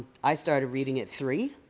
i started reading at three.